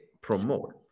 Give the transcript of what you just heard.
promote